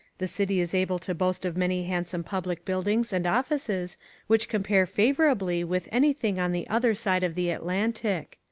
the city is able to boast of many handsome public buildings and offices which compare favourably with anything on the other side of the atlantic.